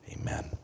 Amen